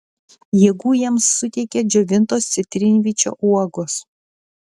jėgų jiems suteikia džiovintos citrinvyčio uogos